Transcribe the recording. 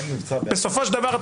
אז בסופו של דבר,